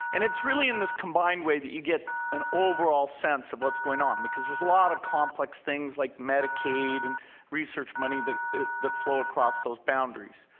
and it's really in this combined way that you get an overall sense of what's going on, because there's a lot of complex things like medicaid and research money that that flow across those boundaries.